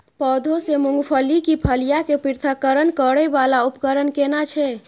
पौधों से मूंगफली की फलियां के पृथक्करण करय वाला उपकरण केना छै?